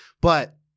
But-